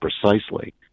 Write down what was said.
precisely